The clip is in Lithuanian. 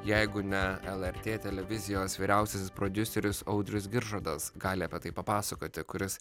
jeigu ne lrt televizijos vyriausiasis prodiuseris audrius giržadas gali apie tai papasakoti kuris